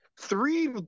three